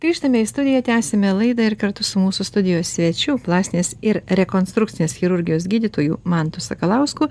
grįžtame į studiją tęsiame laidą ir kartu su mūsų studijos svečiu plastinės ir rekonstrukcinės chirurgijos gydytojų mantu sakalausku